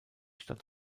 stadt